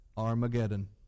Armageddon